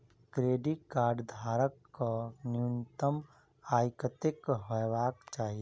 Credit card धारक कऽ न्यूनतम आय कत्तेक हेबाक चाहि?